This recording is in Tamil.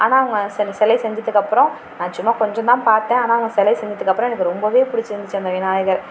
ஆனால் அவங்க சில சிலை செஞ்சத்துக்கப்புறம் நான் சும்மா கொஞ்சம் தான் பார்த்தேன் ஆனால் அவங்க சிலை செஞ்சதுக்கப்புறம் எனக்கு ரொம்பவே பிடிச்சிருந்துச்சு அந்த விநாயகர்